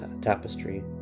tapestry